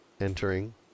entering